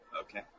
Okay